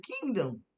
kingdom